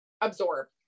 absorb